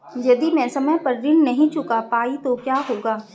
यदि मैं समय पर ऋण नहीं चुका पाई तो क्या होगा?